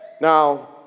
Now